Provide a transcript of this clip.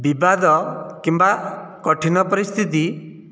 ବିବାଦ କିମ୍ବା କଠିନ ପରିସ୍ଥିତି